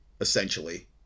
Essentially